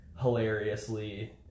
hilariously